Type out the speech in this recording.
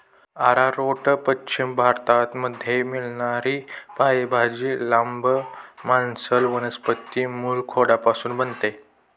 arrowroot पश्चिम भारतामध्ये मिळणारी पालेभाजी, लांब, मांसल वनस्पती मूळखोडापासून बनते